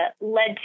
led